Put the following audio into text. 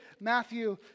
Matthew